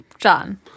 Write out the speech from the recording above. John